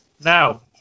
now